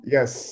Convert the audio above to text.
Yes